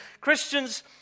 Christians